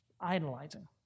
idolizing